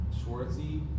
Schwartzy